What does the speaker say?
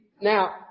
now